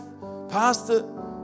pastor